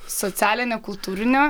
socialinė kultūrinio